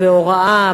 בהוראה,